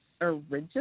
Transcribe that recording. original